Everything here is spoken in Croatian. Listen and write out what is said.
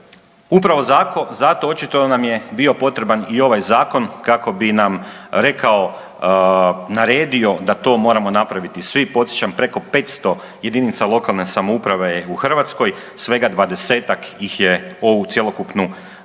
Upravo zato očito nam je bio potreban i ovaj zakon kako bi nam rekao, naredio da moramo napraviti. Svi podsjećam, preko 500 jedinica lokalne samouprave je u Hrvatskoj, svega 20-ak ovu cjelokupnu